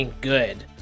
good